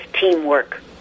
teamwork